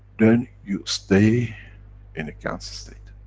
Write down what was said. then you stay in a gans-state.